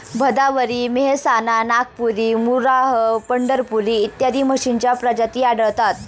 भदावरी, मेहसाणा, नागपुरी, मुर्राह, पंढरपुरी इत्यादी म्हशींच्या प्रजाती आढळतात